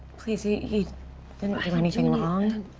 please, he he didn't do anything wrong.